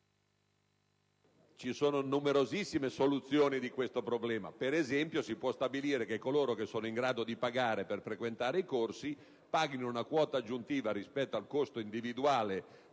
ci sono numerosissime soluzioni a questo problema. Per esempio, si può stabilire che coloro che sono in grado di pagare per frequentare i corsi paghino una quota aggiuntiva rispetto al costo individuale